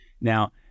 Now